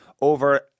over